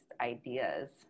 ideas